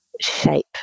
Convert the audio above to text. shape